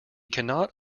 cannot